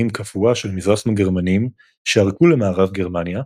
קבוע של מזרח גרמנים שערקו למערב גרמניה,